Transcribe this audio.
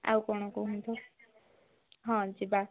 ଆଉ କ'ଣ କୁହନ୍ତୁ ହଁ ଯିବା